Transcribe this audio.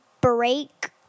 break